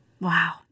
Wow